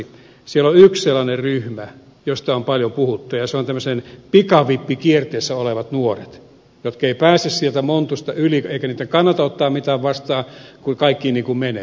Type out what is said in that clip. siellä on yksi sellainen ryhmä josta on paljon puhuttu tämmöiset pikavippikierteessä olevat nuoret jotka eivät pääse sieltä montusta ylös ja joiden ei kannata ottaa mitään vastaan kun ikään kuin kaikki menee